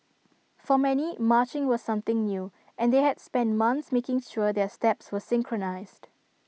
for many marching was something new and they had spent months making sure their steps were synchronised